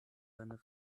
seine